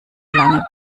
lange